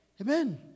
Amen